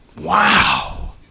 wow